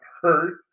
hurt